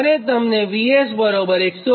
અને તમને VS 129